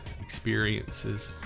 experiences